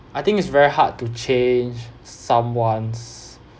I think it's very hard to change someone's